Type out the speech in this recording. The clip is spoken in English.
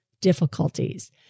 difficulties